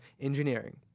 engineering